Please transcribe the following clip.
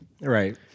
Right